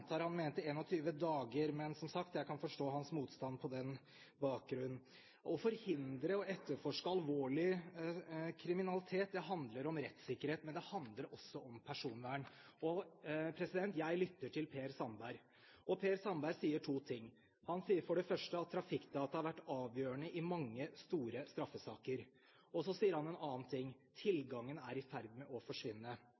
antar han mente 21 dager, men som sagt: Jeg kan forstå hans motstand på den bakgrunn. Å forhindre og etterforske alvorlig kriminalitet handler om rettssikkerhet, men det handler også om personvern. Jeg lytter til Per Sandberg, og Per Sandberg sier to ting. Han sier for det første at trafikkdata har vært avgjørende i mange store straffesaker. Og så sier han noe annet: Tilgangen er «i ferd med» å forsvinne. Ja, det er riktig. Er det en